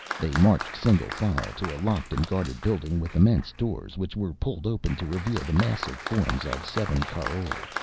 they marched single file to a locked and guarded building with immense doors, which were pulled open to reveal the massive forms of seven caroj.